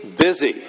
busy